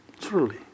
truly